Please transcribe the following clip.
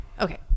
Okay